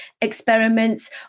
experiments